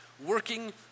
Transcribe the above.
Working